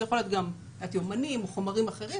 זה יכול להיות גם יומנים וחומרים אחרים,